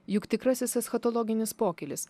juk tikrasis eschatologinis pokylis